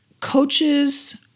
Coaches